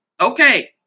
Okay